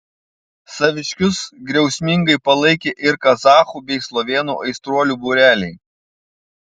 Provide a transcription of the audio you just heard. saviškius griausmingai palaikė ir kazachų bei slovėnų aistruolių būreliai